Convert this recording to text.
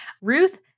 Ruth